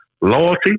loyalty